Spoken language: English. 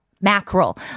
mackerel